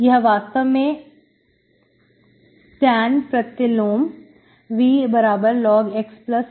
यह वास्तव में tan प्रतिलोम V log xC है